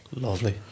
Lovely